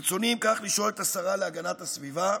אם כך, ברצוני לשאול את השרה להגנת הסביבה